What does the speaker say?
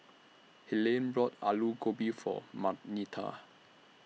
Helaine brought Alu Gobi For Marnita